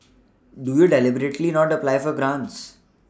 do you deliberately not apply for grants